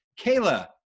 Kayla